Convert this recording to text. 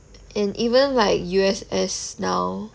and even like U_S_S now